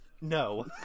No